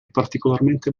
particolarmente